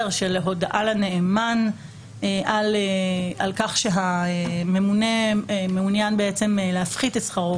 של הודעה לנאמן על כך שהממונה מעוניין להפחית את שכרו,